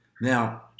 Now